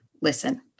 listen